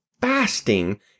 fasting